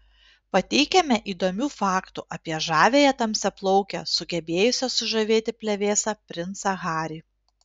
pateikiame įdomių faktų apie žaviąją tamsiaplaukę sugebėjusią sužavėti plevėsą princą harry